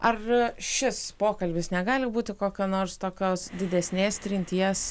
ar šis pokalbis negali būti kokio nors tokios didesnės trinties